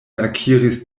akiris